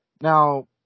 now